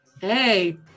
hey